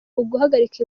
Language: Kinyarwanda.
uguhagarika